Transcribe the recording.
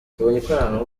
erega